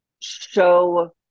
show